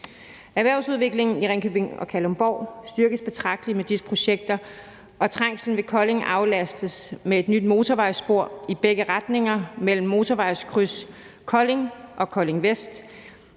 Erhvervsudviklingen i Ringkøbing og Kalundborg styrkes betragteligt med disse projekter, og trængslen ved Kolding aflastes med et nyt motorvejsspor i begge retninger mellem motorvejskryds Kolding og Kolding Vest,